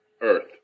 Earth